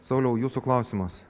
sauliau jūsų klausimas